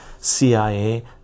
CIA